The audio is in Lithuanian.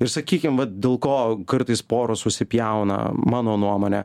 ir sakykim vat dėl ko kartais poros susipjauna mano nuomone